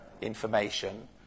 information